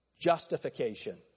Justification